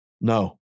No